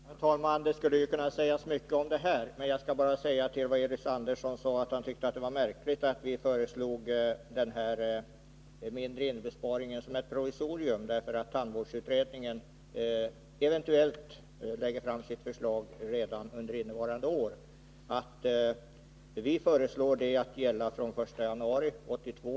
Herr talman! Det skulle kunna sägas mycket om det här, men jag skall bara rikta mig till Elis Andersson som tyckte det var märkligt att vi föreslagit den mindre inbesparingen som ett provisorium, därför att tandvårdsutredningen eventuellt lägger fram sitt förslag redan under innevarande år. Vi föreslår att den skall gälla från den 1 januari 1982.